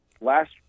last